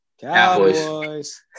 Cowboys